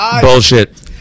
Bullshit